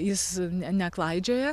jis ne neklaidžioja